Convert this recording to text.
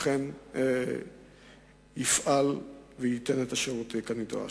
אכן יפעל וייתן את השירות כנדרש.